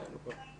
איתנו?